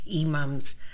imams